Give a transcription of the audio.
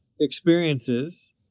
experiences